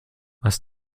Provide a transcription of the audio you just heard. was